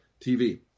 TV